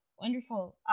Wonderful